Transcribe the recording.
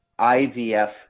IVF